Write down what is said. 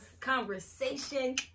conversation